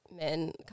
men